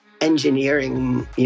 engineering